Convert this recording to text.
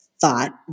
thought